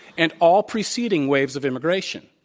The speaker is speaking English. and all preceding waves of immigration.